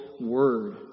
word